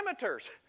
parameters